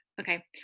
Okay